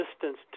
distance